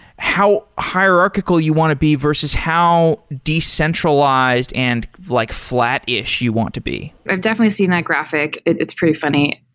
how hierarchical you want to be, versus how decentralized and like flat-ish you want to be? i've definitely seen that graphic. it's pretty funny.